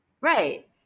Right